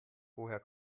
woher